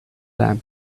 lamb